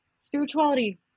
Spirituality